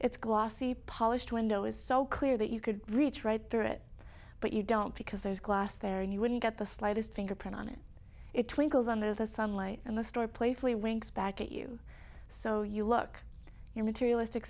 its glossy polished window is so clear that you could reach right through it but you don't because there's glass there and you wouldn't get the slightest fingerprint on it it twinkles under the sunlight and the store playfully winks back at you so you look your materialistic